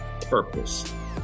purpose